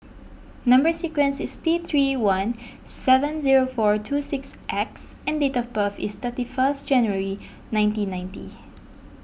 Number Sequence is T three one seven zero four two six X and date of birth is thirty first January nineteen ninety